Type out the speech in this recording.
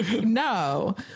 No